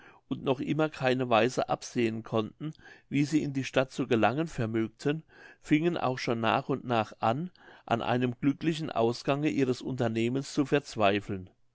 und noch immer keine weise absehen konnten wie sie in stadt zu gelangen vermögten fingen auch schon nach und nach an an einem glücklichen ausgange ihres unternehmens zu verzweifeln